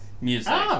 music